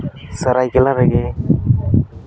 ᱥᱟᱹᱨᱟᱹᱭᱠᱮᱞᱞᱟ ᱨᱮᱜᱮ